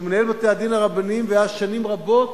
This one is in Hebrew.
שהוא מנהל בתי-הדין הרבניים והיה שנים רבות